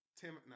Tim